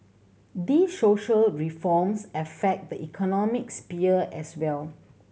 these social reforms affect the economic as well